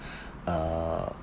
uh